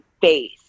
face